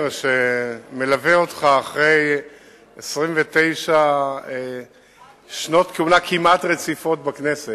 שמלווה אותך אחרי 29 שנות כהונה כמעט רצופות בכנסת.